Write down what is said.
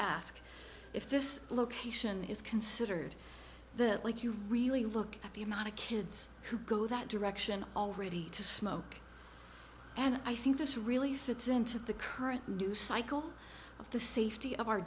ask if this location is considered the like you really look at the amount of kids who go that direction already to smoke and i think this really fits into the current news cycle of the safety of our